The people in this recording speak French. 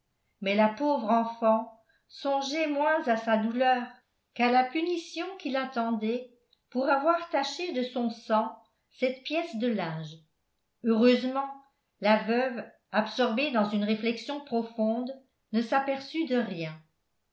mais la pauvre enfant songeait moins à sa douleur qu'à la punition qui l'attendait pour avoir taché de son sang cette pièce de linge heureusement la veuve absorbée dans une réflexion profonde ne s'aperçut de rien